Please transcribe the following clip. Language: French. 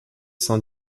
sein